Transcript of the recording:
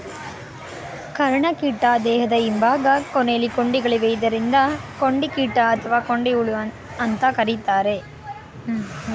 ಕರ್ಣಕೀಟ ದೇಹದ ಹಿಂಭಾಗ ಕೊನೆಲಿ ಕೊಂಡಿಗಳಿವೆ ಇದರಿಂದಾಗಿ ಕೊಂಡಿಕೀಟ ಅಥವಾ ಕೊಂಡಿಹುಳು ಅಂತ ಕರೀತಾರೆ